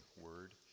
word